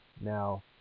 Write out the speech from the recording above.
Now